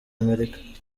amerika